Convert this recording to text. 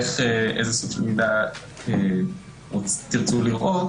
איזה סוג של מידע תרצו לראות.